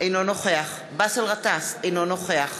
אינו נוכח באסל גטאס, אינו נוכח